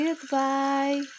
goodbye